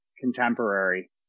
contemporary